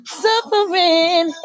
suffering